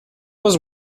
was